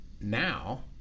Now